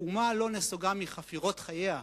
אומה לא נסוגה מחפירות חייה,